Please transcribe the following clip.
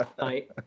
night